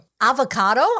Avocado